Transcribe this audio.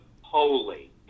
holy